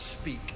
speak